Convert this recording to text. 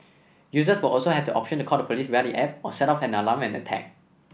users will also have the option to call the police via the app or set off an alarm when attacked